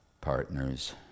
partners